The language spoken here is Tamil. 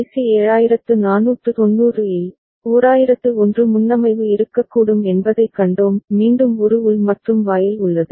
ஐசி 7490 இல் 1001 முன்னமைவு இருக்கக்கூடும் என்பதைக் கண்டோம் மீண்டும் ஒரு உள் மற்றும் வாயில் உள்ளது